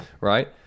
right